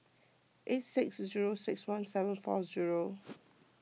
eight six zero six one seven four zero